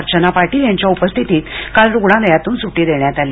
अर्चना पाटील यांच्या उपस्थितीत काल रुग्णालयातून सुटी देण्यात आली